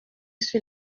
sur